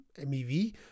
mev